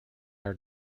are